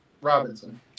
Robinson